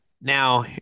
now